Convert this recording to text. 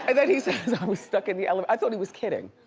and then he says, i was stuck in the elevator. i thought he was kidding.